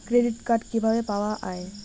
Credit card কিভাবে পাওয়া য়ায়?